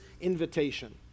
invitation